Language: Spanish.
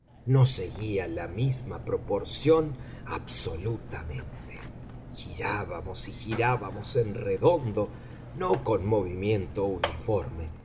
no seguía la misma proporción absolutamente girábamos y girábamos en redondo no con movimiento uniforme